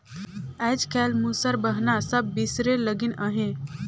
आएज काएल मूसर बहना सब बिसरे लगिन अहे